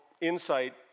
insight